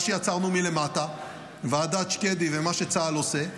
מה שיצרנו מלמטה: ועדת שקדי ומה שצה"ל עושה,